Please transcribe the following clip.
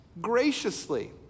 graciously